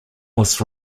was